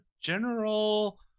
general